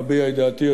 אביע את דעתי,